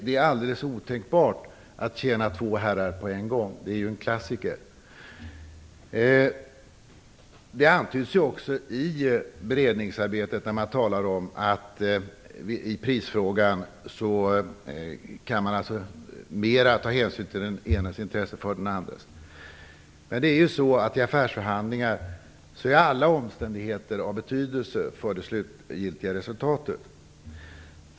Det är alldeles otänkbart att tjäna två herrar på en gång. Det är ju en klassiker. Det antyds också i beredningsarbetet att man i prisfrågan kan ta hänsyn till den enes intresse före den andres. I affärsförhandlingar är alla omständigheter av betydelse för det slutgiltiga resultatet.